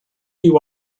you